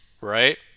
right